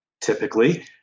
typically